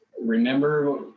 remember